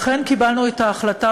לכן קיבלנו את ההחלטה,